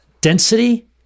density